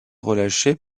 relâché